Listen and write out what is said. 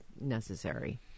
necessary